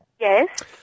Yes